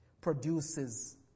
Produces